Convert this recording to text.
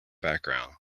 background